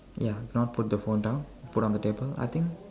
ya not put the phone down put on the table I think